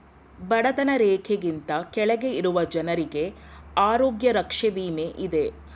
ಬಡತನ ರೇಖೆಗಿಂತ ಕೆಳಗೆ ಇರುವ ಜನರಿಗೆ ಆರೋಗ್ಯ ರಕ್ಷೆ ವಿಮೆ ಇದೆ